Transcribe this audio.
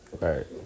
right